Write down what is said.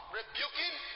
rebuking